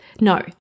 No